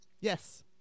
yes